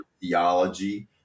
theology